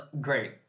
Great